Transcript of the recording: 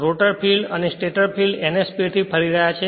rotor field અને stator field ns speed થી ફરી રહ્યા છે